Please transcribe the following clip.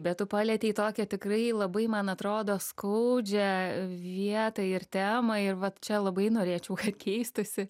bet tu palietei tokią tikrai labai man atrodo skaudžią vietą ir temą ir vat čia labai norėčiau keistųsi